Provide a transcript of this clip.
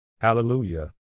Hallelujah